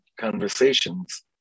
conversations